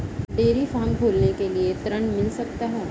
Dairy farm खोलने के लिए ऋण मिल सकता है?